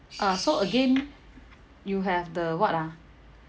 uh so again you have the what ah